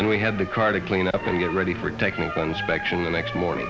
and we had the car to clean up and get ready for technical inspection the next morning